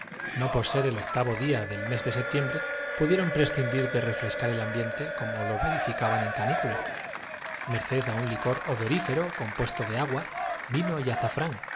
no por ser el octavo día del mes de setiembre pudieron prescindir de re frescar el ambiente como lo verificaban en canícula merced á un licor odorífero compuesto de agua vino y azafrán